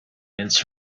mince